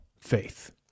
faith